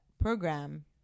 program